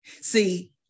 See